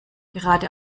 gerade